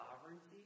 sovereignty